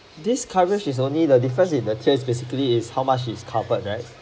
this coverage is only the difference in the tier basically is how much is covered right